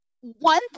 one